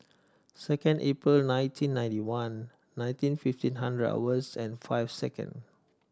second April nineteen ninety one nineteen fifteen hundred hours and five second